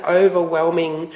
overwhelming